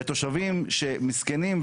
ותושבים שמסכנים,